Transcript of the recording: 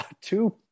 Two